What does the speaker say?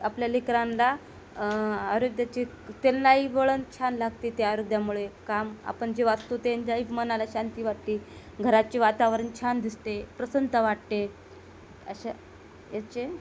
आपल्या लेकरांना आरोग्याचे ते नाही वळन छान लागते ते आरोग्यामुळे काम आपण जे वाचतो त्यांच्याही मनाला शांती वाटती घराचे वातावरन छान दिसते प्रसन्नता वाटते अशा याचे